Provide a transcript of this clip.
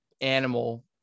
animal